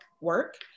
work